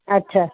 ਅੱਛਾ